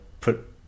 put